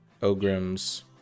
Ogrim's